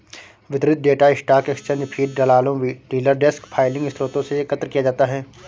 वितरित data stock exchange feed, दलालों, dealer desk filing स्रोतों से एकत्र किया जाता है